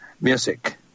music